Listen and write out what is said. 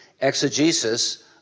exegesis